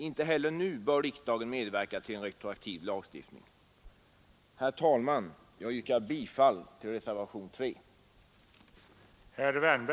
Inte heller nu bör riksdagen medverka till en retroaktiv lagstiftning. Herr talman! Jag yrkar bifall till reservationen 3.